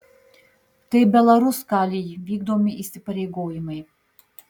tai belaruskalij vykdomi įsipareigojimai